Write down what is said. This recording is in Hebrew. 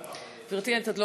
לביא, בבקשה.